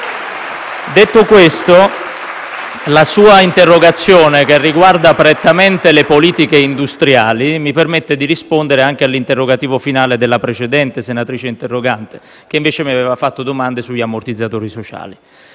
Detto questo, la sua interrogazione, che riguarda prettamente le politiche industriali, mi permette di rispondere anche all'interrogativo finale della precedente senatrice interrogante che, invece, mi aveva posto domande sugli ammortizzatori sociali.